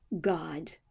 God